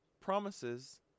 promises